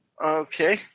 Okay